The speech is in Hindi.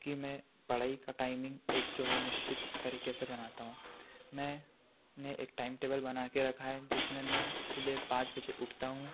कि मैं पढ़ाई का टाइमिंग एक जो है निश्चित तरीके से बनाता हूँ मैं ने एक टाइम टेबल बनाके रखा है जिसमें मैं सुबह पाँच बजे उठता हूँ